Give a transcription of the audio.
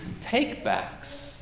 take-backs